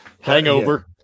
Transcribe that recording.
Hangover